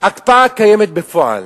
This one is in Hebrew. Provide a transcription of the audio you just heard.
הקפאה קיימת בפועל,